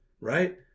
right